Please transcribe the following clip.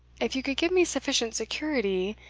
if you could give me sufficient security,